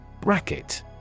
Bracket